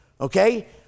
Okay